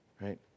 Right